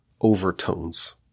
overtones